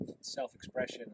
self-expression